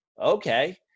okay